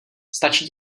stačí